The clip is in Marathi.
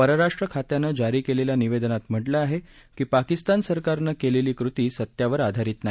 परराष्ट्र खात्यानं जारी केलेल्या निवेदनात म्हटलं आहे की पाकिस्तान सरकारनं केलेली कृती सत्यावर आधारित नाही